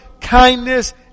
kindness